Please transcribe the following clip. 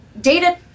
data